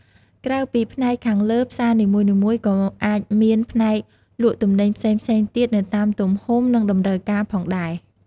ក្រៅពីផ្នែកខាងលើ ផ្សារនីមួយៗក៏អាចមានផ្នែកលក់ទំនិញផ្សេងៗទៀតទៅតាមទំហំ និងតម្រូវការផងដែរ។